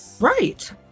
Right